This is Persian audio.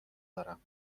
دارم